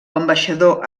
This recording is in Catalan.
ambaixador